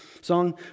song